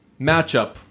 matchup